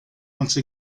once